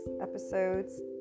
Episodes